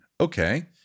Okay